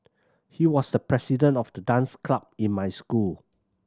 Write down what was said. he was the president of the dance club in my school